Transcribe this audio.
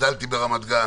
גן,